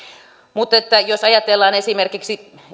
mutta jos ajatellaan esimerkiksi